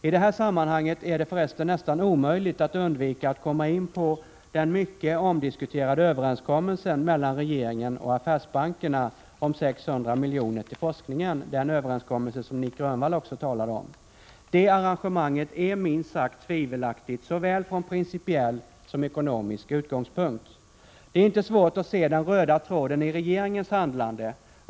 I det här sammanhanget är det för resten nästan omöjligt att undvika att komma in på den mycket omdiskuterade överenskommelsen mellan regeringen och affärsbankerna om 600 miljoner till forskningen — Nic Grönvall talade också om denna överenskommelse. Det arrangemanget är minst sagt tvivelaktigt såväl från principiell som från ekonomisk utgångspunkt. Det är inte svårt att se den röda tråden i regeringens handlande.